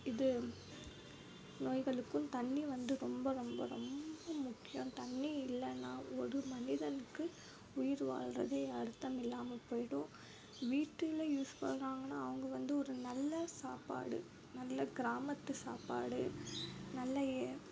இது நோய்களுக்கும் தண்ணீர் வந்து ரொம்ப ரொம்ப ரொம்ப முக்கியம் தண்ணீர் இல்லைனா ஒரு மனிதனுக்கு உயிர் வாழ்வதே அர்த்தம் இல்லாமல் போய்விடும் வீட்டில் யூஸ் பண்ணுறாங்கனா அவங்க வந்து ஒரு நல்ல சாப்பாடு நல்ல கிராமத்து சாப்பாடு நல்ல